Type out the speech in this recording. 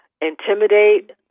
Intimidate